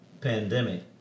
pandemic